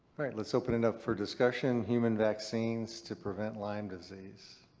alright. let's open it up for discussion, human vaccines to prevent lyme disease.